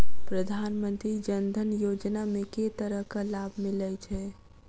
प्रधानमंत्री जनधन योजना मे केँ तरहक लाभ मिलय छै?